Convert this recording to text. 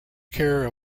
care